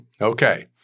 Okay